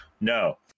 No